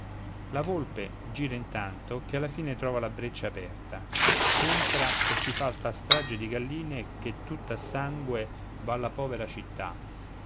la volpe gira tanto che alla fine trova la breccia aperta entra e ti fa tal strage di galline che tutta a sangue va la povera città